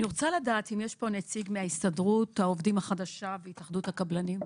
אני רוצה לדעת אם יש פה נציג מהסתדרות העובדים החדשה והתאחדות הקבלנים.